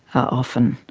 often,